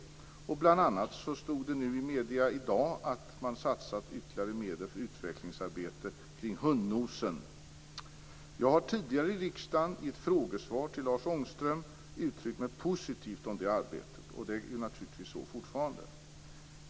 Det stod bl.a. i medierna i dag att man satsat ytterligare medel för utvecklingsarbete kring "hundnosen". Jag har tidigare till riksdagen i ett frågesvar till Lars Ångström uttryckt mig positivt om det arbetet. Det är naturligtvis så fortfarande.